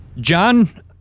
John